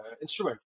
instrument